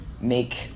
make